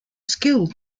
skill